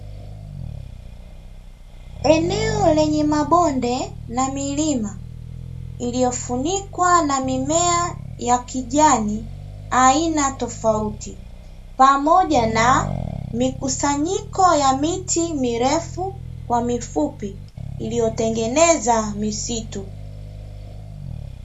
Eneo lenye mabonde na milima iliyofunikwa na mimea ya kijani aina tofauti pamoja na mikusanyiko ya miti mirefu kwa mifupi iliyotengeneza misitu.